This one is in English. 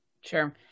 Sure